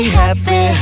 happy